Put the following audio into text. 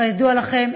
כידוע לכם,